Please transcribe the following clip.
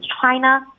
China